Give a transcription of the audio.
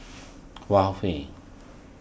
Huawei